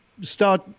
start